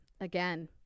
Again